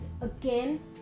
again